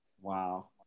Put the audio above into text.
Wow